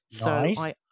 Nice